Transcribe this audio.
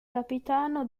capitano